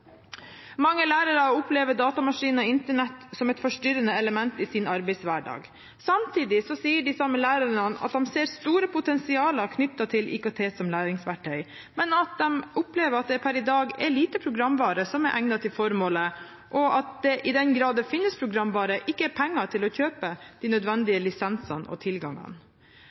Mange lærere opplever datamaskin og Internett som et forstyrrende element i sin arbeidshverdag. Samtidig sier de samme lærerne at de ser store potensial knyttet til IKT som læringsverktøy, men at de opplever at det per i dag er lite programvare som er egnet til formålet, og at det i den grad det finnes programvare, ikke er penger til å kjøpe de